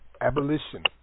Abolition